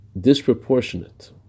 disproportionate